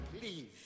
please